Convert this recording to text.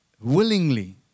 willingly